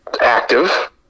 active